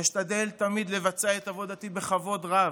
אשתדל תמיד לבצע את עבודתי בכבוד רב,